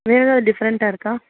வேறு ஏதாவது டிஃப்ரண்டாக இருக்கா